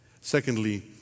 Secondly